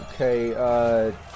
Okay